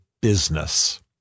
business